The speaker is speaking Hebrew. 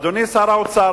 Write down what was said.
אדוני שר האוצר,